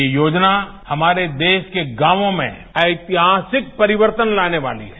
ये योजना हमारे देश के गांवों में ऐतिहासिक परिवर्तन लाने वाली है